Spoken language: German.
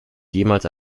jemals